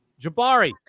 Jabari